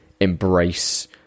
embrace